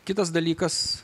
kitas dalykas